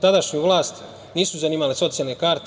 Tadašnju vlast nisu zanimale socijalne karte.